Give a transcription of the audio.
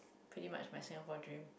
pretty much my Singapore dream